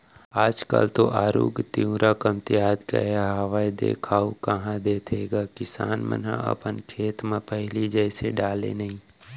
आज काल तो आरूग तिंवरा कमतिया गय हावय देखाउ कहॉं देथे गा किसान मन ह अपन खेत म पहिली जइसे डाले नइ